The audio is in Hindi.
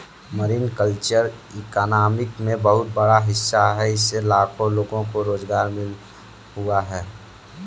मरीन कल्चर इकॉनमी में बहुत बड़ा हिस्सा है इससे लाखों लोगों को रोज़गार मिल हुआ है